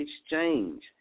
exchange